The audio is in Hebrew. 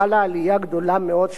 חלה עלייה גדולה מאוד,